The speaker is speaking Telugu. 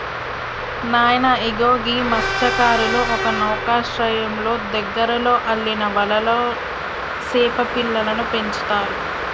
నాయన ఇగో గీ మస్త్యకారులు ఒక నౌకశ్రయంలో దగ్గరలో అల్లిన వలలో సేప పిల్లలను పెంచుతారు